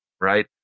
right